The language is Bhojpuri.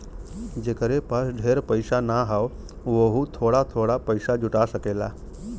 जेकरे पास ढेर पइसा ना हौ वोहू थोड़ा थोड़ा पइसा जुटा सकेला